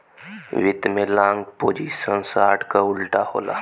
वित्त में long position short क उल्टा होला